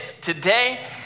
today